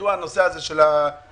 ידוע הנושא הזה של המקדמות.